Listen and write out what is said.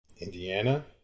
Indiana